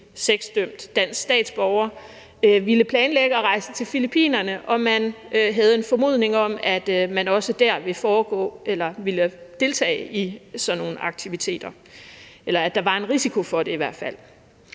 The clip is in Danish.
sexdømt dansk statsborger planlagde at ville rejse til Filippinerne, og man havde en formodning om, at vedkommende også dér ville deltage i sådan nogle aktiviteter – eller at der i hvert fald